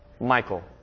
Michael